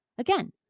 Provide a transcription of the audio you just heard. Again